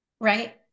right